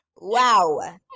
Wow